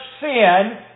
sin